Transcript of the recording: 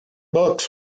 books